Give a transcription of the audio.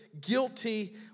guilty